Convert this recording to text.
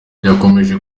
yakomeje